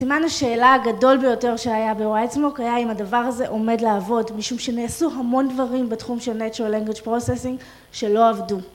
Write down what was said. סימן השאלה הגדול ביותר שהיה בווייזמוק היה אם הדבר הזה עומד לעבוד משום שנעשו המון דברים בתחום של Natural Language Processing שלא עבדו.